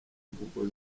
mvugo